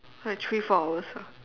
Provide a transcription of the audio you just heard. like three four hours ah